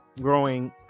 growing